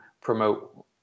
promote